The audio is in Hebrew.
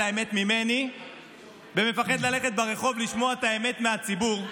האמת ממני ומפחד ללכת ברחוב לשמוע את האמת מהציבור.